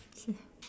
okay